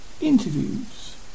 interviews